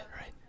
right